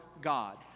God